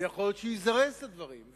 ויכול להיות שהוא יזרז את הדברים,